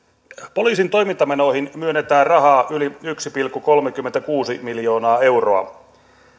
poliisin toimintamenoihin myönnetään rahaa yli yksi pilkku kolmekymmentäkuusi miljoonaa euroa